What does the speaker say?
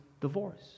divorce